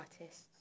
artists